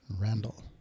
Randall